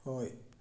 ꯍꯣꯏ